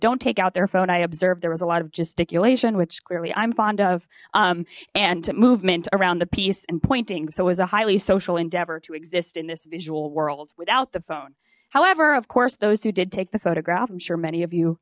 don't take out their phone i observed there was a lot of gesticulation which clearly i'm fond of and movement around the piece and pointing so it was a highly social endeavor to exist in this visual world without the phone however of course those who did take the photograph i'm sure many of you